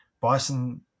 bison